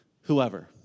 whoever